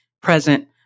present